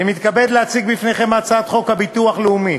אני מתכבד להציג בפניכם את הצעת חוק הביטוח הלאומי